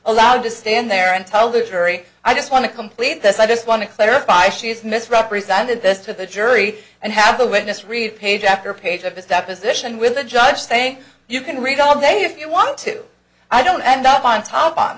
allowed to stand there and tell the jury i just want to complete this i just want to clarify she has misrepresented this to the jury and have the witness read page after page of his deposition with the judge saying you can read all day if you want to i don't end up on top on